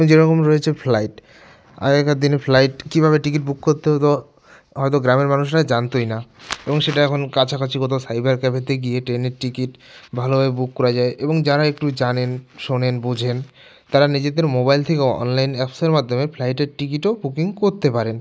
যেরকম রয়েছে ফ্লাইট আগেকার দিনে ফ্লাইট কীভাবে টিকিট বুক করতে হতো হয়তো গ্রামের মানুষরা জানতোই না এবং সেটা এখন কাছাকাছি কোথাও সাইবার ক্যাফেতে গিয়ে ট্রেনের টিকিট ভালোভাবে বুক করা যায় এবং যারা একটু জানেন শোনেন বোঝেন তারা নিজেদের মোবাইল থেকে অনলাইন অ্যাপ্সের মাধ্যমে ফ্লাইটের টিকিটও বুকিং করতে পারেন